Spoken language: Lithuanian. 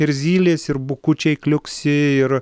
ir zylės ir bukučiai kliuksi ir